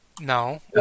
No